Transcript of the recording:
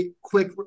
quick